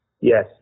Yes